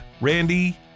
Randy